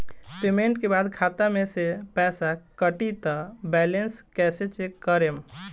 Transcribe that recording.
Payment के बाद खाता मे से पैसा कटी त बैलेंस कैसे चेक करेम?